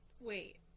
wait